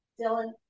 Dylan